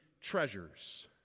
treasures